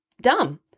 dumb